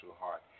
heart